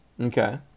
Okay